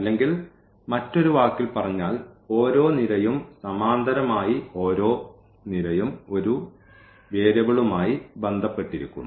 അല്ലെങ്കിൽ മറ്റൊരു വാക്കിൽ പറഞ്ഞാൽ ഓരോ നിരയും സമാന്തരമായി ഓരോ നിരയും ഒരു വേരിയബിളുമായി ബന്ധപ്പെട്ടിരിക്കുന്നു